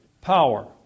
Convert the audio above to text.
power